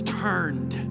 turned